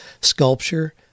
sculpture